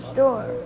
door